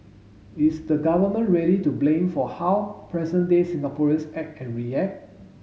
is the Government really to blame for how present day Singaporeans act and react